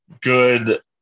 good